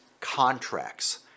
contracts